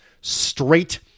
straight